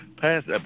past